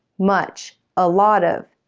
much, a lot of,